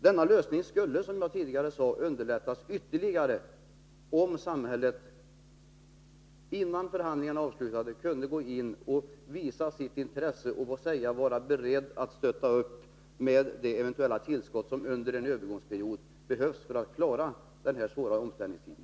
Denna lösning skulle, som jag tidigare sade, underlättas ytterligare om samhället, innan förhandlingarna avslutats, kunde gå in och visa intresse och vara berett att stötta upp med det eventuella tillskott som under en övergångsperiod behövs för att klara den här svåra omställningstiden.